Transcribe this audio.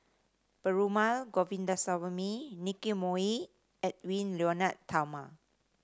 Perumal Govindaswamy Nicky Moey and Edwy Lyonet Talma